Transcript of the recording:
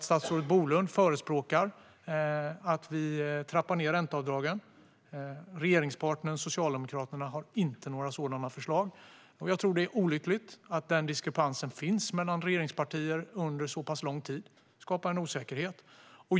Statsrådet Bolund förespråkar att vi trappar ned ränteavdragen, men regeringspartnern Socialdemokraterna har inget sådant förslag. Jag tror att det är olyckligt att en sådan diskrepans finns mellan regeringspartier under så lång tid. Det skapar en osäkerhet.